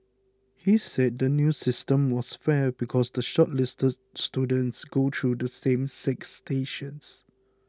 he said the new system was fair because the shortlisted students go through the same six stations